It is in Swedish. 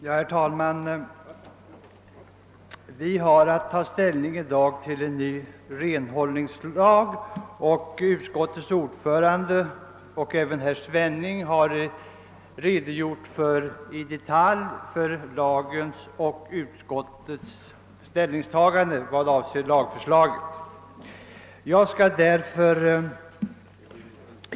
Herr talman! Vi har i dag att ta ställning till en ny renhållningslag. Utskottets ordförande och även herr Svenning har i detalj redogjort för utskottets ställningstagande vad avser lagförslaget.